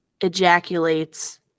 ejaculates